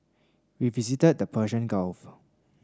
we visited the Persian Gulf